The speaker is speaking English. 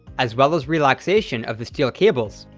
as well as relaxation of the steel cables,